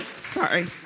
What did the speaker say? Sorry